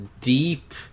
deep